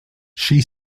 she